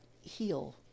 heal